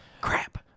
Crap